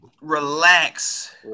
relax